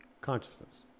consciousness